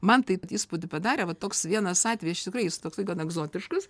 man taip įspūdį padarė va toks vienas atvejis tikrai jis toks gana egzotiškas